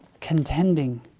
contending